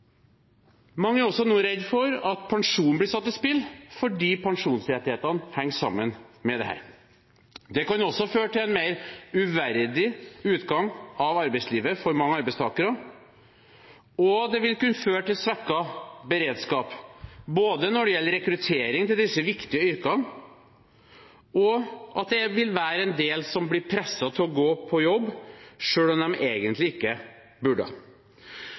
Mange er også redde for at pensjonen nå blir satt på spill, fordi pensjonsrettighetene henger sammen med dette. Det kan også føre til en mer uverdig utgang av arbeidslivet for mange arbeidstakere, og det vil kunne føre til svekket beredskap når det gjelder både rekruttering til disse viktige yrkene og at det vil være en del som blir presset til å gå på jobb selv om de egentlig ikke burde.